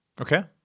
Okay